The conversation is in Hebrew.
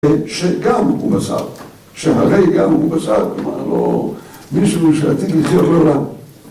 שגם הוא בשר, שהרי גם הוא בשר, כלומר לא מישהו שעתיד לחיות לעולם.